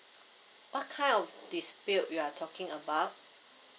what kind of dispute you are talking about